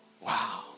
wow